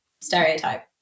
stereotype